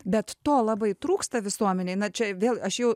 bet to labai trūksta visuomenei na čia vėl aš jau